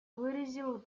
выразил